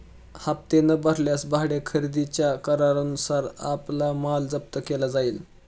हप्ते न भरल्यास भाडे खरेदीच्या करारानुसार आपला माल जप्त केला जाईल